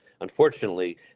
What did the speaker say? Unfortunately